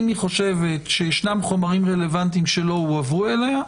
אם היא חושבת שיש חומרים רלוונטיים שלא הועברו אליה,